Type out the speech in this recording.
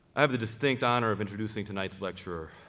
i have the distinct honor of introducing tonight's lecturer,